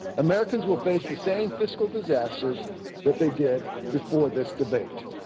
americans will face the same fiscal disasters that they did before this debate.